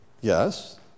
Yes